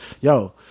Yo